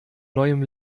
neuem